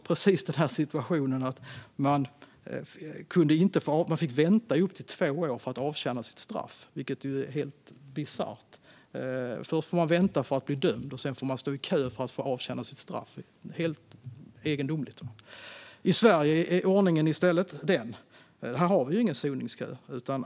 Man fick alltså vänta i upp till två år på att få avtjäna sitt straff, vilket ju är helt bisarrt. Först får man vänta på att bli dömd, och sedan får man stå i kö för att få avtjäna sitt straff - egendomligt. I Sverige har vi ingen soningskö.